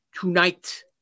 tonight